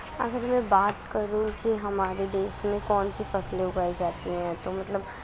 اگر میں بات کروں کہ ہمارے دیش میں کون سی فصلیں اگائی جاتی ہیں تو مطلب